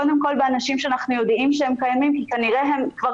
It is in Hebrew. קודם כל באנשים שאנחנו יודעים שהם קיימים כי כנראה הם כבר